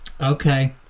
Okay